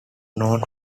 known